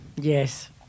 Yes